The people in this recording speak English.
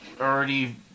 already